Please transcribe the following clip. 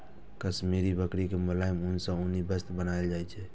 काश्मीरी बकरी के मोलायम ऊन सं उनी वस्त्र बनाएल जाइ छै